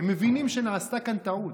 הם מבינים שנעשתה כאן טעות.